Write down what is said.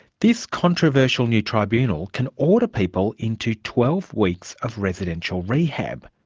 this controversial new tribunal can order people into twelve weeks of residential rehab,